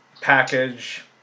package